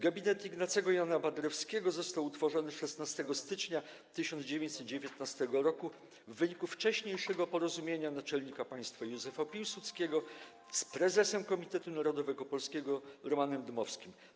Gabinet Ignacego Jana Paderewskiego został utworzony 16 stycznia 1919 r. w wyniku wcześniejszego porozumienia Naczelnika Państwa Józefa Piłsudskiego z prezesem Komitetu Narodowego Polskiego Romanem Dmowskim.